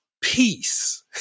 peace